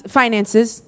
finances